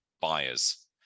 buyers